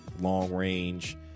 long-range